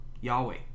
Yahweh